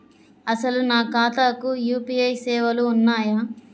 అసలు నా ఖాతాకు యూ.పీ.ఐ సేవలు ఉన్నాయా?